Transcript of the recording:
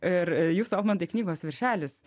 ir jūsų almantai knygos viršelis